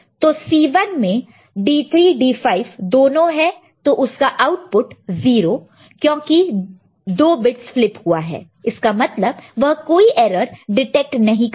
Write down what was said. तो C1 में D3 D5 दोनों हैं तो उसका आउटपुट 0 क्योंकि 2 बिट्स फ्लिप हुआ है इसका मतलब वह कोई एरर डिटेक्ट नहीं करेगा